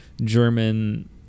German